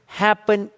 happen